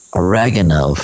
oregano